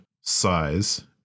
size